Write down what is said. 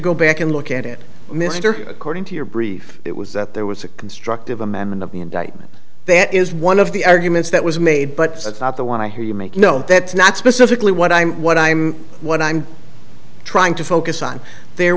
go back and look at it mr according to your brief it was that there was a constructive amendment of the indictment that is one of the arguments that was made but that's not the one i hear you make no that's not specifically what i'm what i'm what i'm trying to focus on there